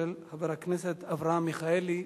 של חבר הכנסת אברהם מיכאלי.